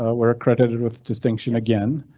ah we're accredited with distinction again.